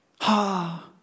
Ha